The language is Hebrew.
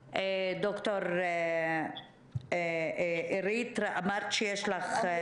ד"ר אירית, אמרת שיש לך תשובה.